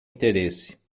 interesse